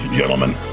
gentlemen